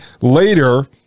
later